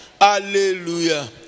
Hallelujah